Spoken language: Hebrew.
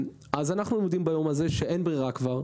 אז אנחנו עומדים היום במצב שכבר אין ברירה,